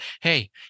hey